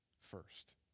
first